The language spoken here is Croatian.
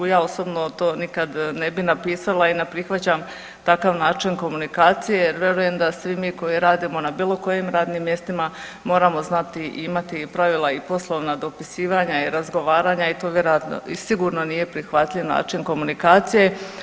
Ja osobno to nikad ne bi napisala i ne prihvaćam takav način komunikacije jer vjerujem da svi mi koji radimo na bilo kojim radnim mjestima moramo znati i imati pravila i poslovna dopisivanja i razgovaranja i to sigurno nije prihvatljiv način komunikacije.